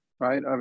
right